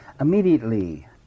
Immediately